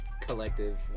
collective